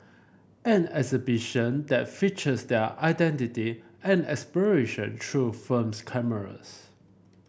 an exhibition that features their identity and aspiration through film cameras